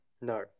No